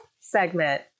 segment